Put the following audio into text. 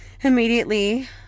Immediately